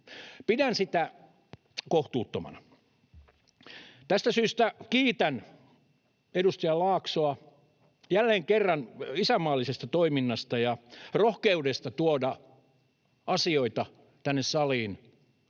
Pidän sitä kohtuuttomana. Tästä syystä kiitän edustaja Laaksoa jälleen kerran isänmaallisesta toiminnasta ja rohkeudesta tuoda tänne saliin